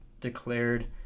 declared